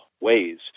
ways